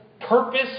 purpose